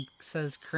says